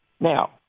Now